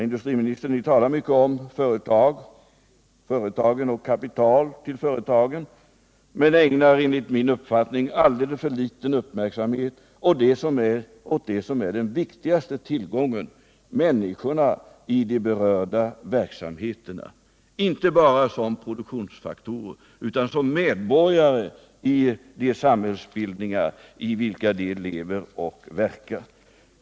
Industriministern talar mycket om företagen och kapital till företagen men ägnar enligt min uppfattning alldeles för liten uppmärksamhet åt det som är 123 den viktigaste tillgången: människorna i de berörda verksamheterna, inte bara som produktionsfaktorer utan som medborgare i de samhällsbildningar i vilka de lever och verkar.